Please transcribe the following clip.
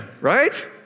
Right